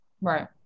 Right